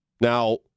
Now